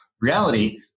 reality